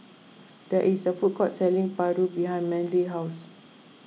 there is a food court selling Paru behind Manly's house